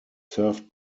served